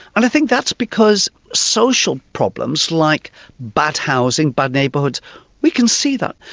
and i think that's because social problems like bad housing, bad neighbourhoods we can see that,